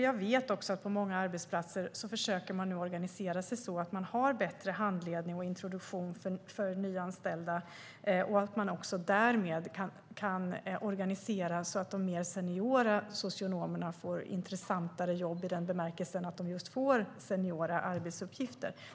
Jag vet att man på många arbetsplatser försöker organisera sig så att det finns bättre handledning och introduktion för nyanställda och därmed kan organisera så att de mer seniora socionomerna får intressantare jobb i den bemärkelsen att de får seniora arbetsuppgifter.